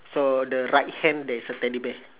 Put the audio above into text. so the right hand there is a teddy bear